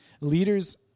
Leaders